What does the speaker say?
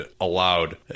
allowed